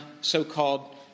so-called